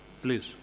Please